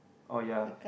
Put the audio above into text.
oh ya